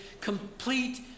complete